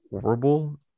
horrible